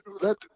let